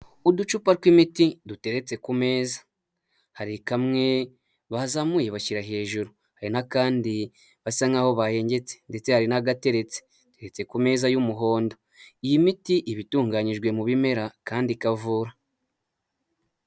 Uducupa tw'imiti duteretse ku meza, hari kamwe bazamuye bashyira hejuru, hari n'akandi basa nk'aho bahengetse, ndetse hari n'agateretse gateretse ku meza y'umuhondo, iyi miti iba itunganyijwe mu bimera kandi ikavura.